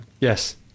Yes